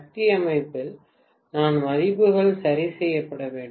சக்தி அமைப்பில் நான்கு மதிப்புகள் சரி செய்யப்பட வேண்டும்